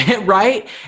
right